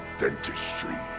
dentistry